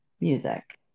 music